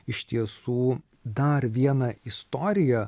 iš tiesų dar vieną istoriją